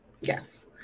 yes